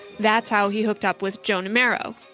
that's how he hooked up with joe numero,